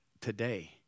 today